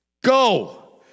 Go